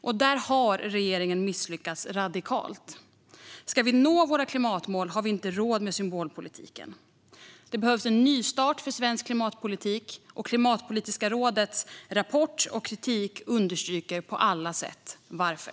Och där har regeringen misslyckats radikalt. Ska vi nå våra klimatmål har vi inte råd med symbolpolitiken. Det behövs en nystart för svensk klimatpolitik, och klimatpolitiska rådets rapport och kritik understryker på alla sätt varför.